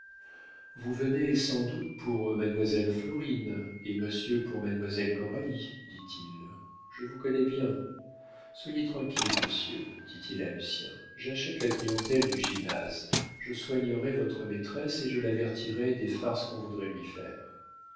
vous venez sans doute pour mademoiselle florine et monsieur pour mademoiselle coralie dit-il je vous connais bien soyez tranquille monsieur dit-il à lucien j'achète la clientèle du gymnase je soignerai votre maîtresse et je l'avertirai des farces qu'on voudrait lui faire